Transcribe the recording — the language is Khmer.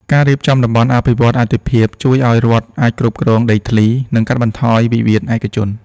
ការរៀបចំ "តំបន់អភិវឌ្ឍន៍អាទិភាព" ជួយឱ្យរដ្ឋអាចគ្រប់គ្រងដីធ្លី និងកាត់បន្ថយវិវាទឯកជន។